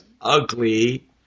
ugly